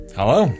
hello